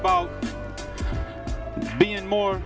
about being more